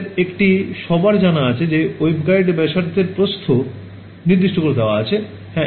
তাদের একটি সবার জানা আছে যে ওয়েবেগাইড ব্যাসার্ধের প্রস্থ এখানে নির্দিষ্ট করে দেওয়া হয়েছে